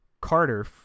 Carter